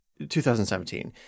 2017